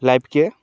ଲାଇଫ୍କେ